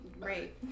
great